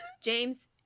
James